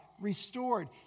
restored